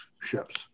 ships